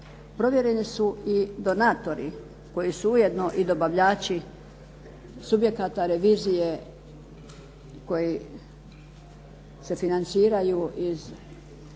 Provjereni su i donatori koji su ujedno i dobavljači subjekata revizije koji se financiraju iz